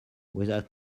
without